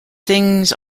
things